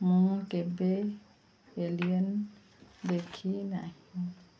ମୁଁ କେବେ ଏଲିଏନ୍ ଦେଖି ନାହିଁ